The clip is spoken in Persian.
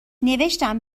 نوشتم